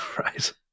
Right